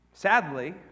Sadly